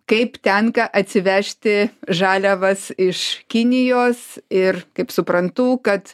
kaip tenka atsivežti žaliavas iš kinijos ir kaip suprantu kad